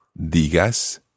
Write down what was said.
digas